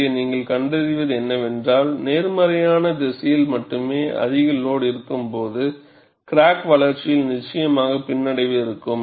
இங்கே நீங்கள் கண்டறிவது என்னவென்றால் நேர்மறையான திசையில் மட்டுமே அதிக லோடு இருக்கும்போது கிராக் வளர்ச்சியில் நிச்சயமாக பின்னடைவு இருக்கும்